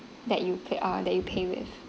that you pa~ uh that you paid with